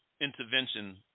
intervention